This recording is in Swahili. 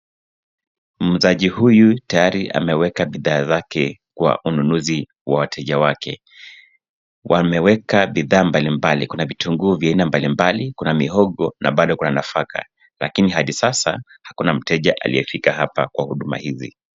Muuzaji huyu tayari ameweka bidhaa zake kwa ununuzi wa wateja wake. Wameweka bidhaa mbalimbali. Kuna vitunguu vya aina mbalimbali, kuna mihogo na bado kuna nafaka lakini hadi sasa hakuna mteja aliyefika hapa kwa huduma hizi.